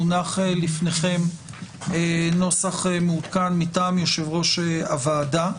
מונח בפניכם נוסח מעודכן מטעם יושב ראש הוועדה.